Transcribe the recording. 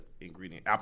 ingredient